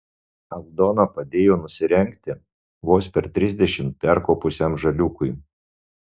aldona padėjo nusirengti vos per trisdešimt perkopusiam žaliūkui